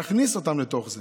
להכניס אותם לתוך זה